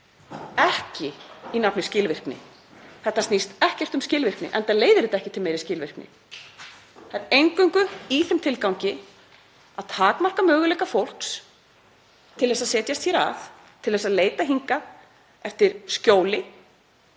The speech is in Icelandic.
ekki í nafni skilvirkni. Þetta snýst ekkert um skilvirkni enda leiðir þetta ekki til meiri skilvirkni. Þetta er eingöngu gert í þeim tilgangi að takmarka möguleika fólks til að setjast hér að, til að leita hingað eftir skjóli